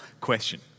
question